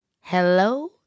Hello